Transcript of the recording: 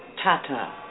Tata